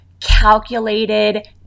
calculated